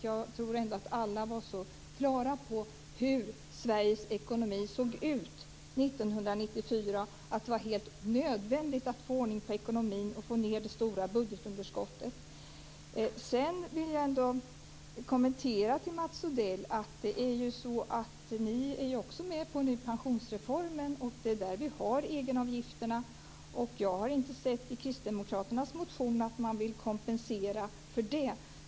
Jag tror ändå att alla var så pass klara över hur Sveriges ekonomi såg ut 1994 att man insåg att det var helt nödvändigt att få ordning på ekonomin och få ned det stora budgetunderskottet. Sedan, Mats Odell, är ju ni också med på pensionsreformen, och det är där vi har egenavgifterna. Jag har inte sett i kristdemokraternas motion att man vill kompensera för det.